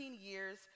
years